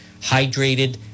hydrated